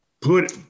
put